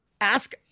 ask